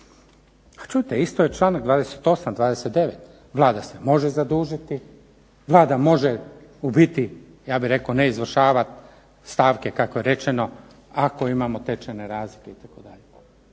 A čujte isto je članak 28., 29., Vlada se može zadužiti, Vlada može u biti ja bih rekao ne izvršavati stavke kako je rečeno ako imamo tečajne razlike itd.,